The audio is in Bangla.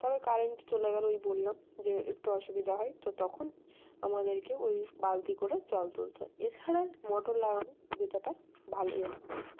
তারপর কারেন্ট চলে গেলো ওই বললাম যে একটু অসুবিধা হয় তো তখন আমাদেরকেও ওই বালতি করে জল তুলতে হয় এছাড়া মোটর লাগানোর সুবিধাটা ভালো লাগে